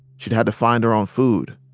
she'd had to find her own food.